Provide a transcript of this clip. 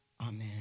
Amen